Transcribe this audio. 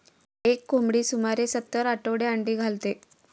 एक कोंबडी सुमारे सत्तर आठवडे अंडी घालते